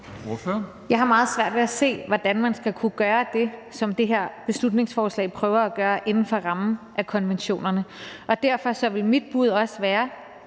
Jeg har meget svært ved at se, hvordan man skal kunne gøre det, som det her beslutningsforslag prøver at gøre, inden for rammen af konventionerne. Og derfor vil mit bud være,